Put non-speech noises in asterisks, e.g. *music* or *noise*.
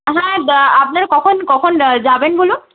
হ্যাঁ *unintelligible* আপনার কখন কখন যাবেন বলুন